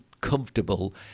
comfortable